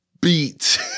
beat